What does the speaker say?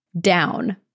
down